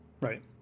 right